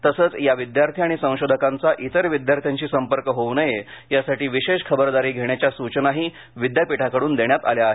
तसेच या विद्यार्थी आणि संशोधकांचा इतर विद्यार्थ्यांशी संपर्क होऊ नये यासाठी विशेष खबरदारी घेण्याच्याही सूचनाही विद्यापीठाकडून देण्यात आल्या आहेत